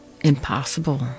impossible